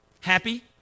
Happy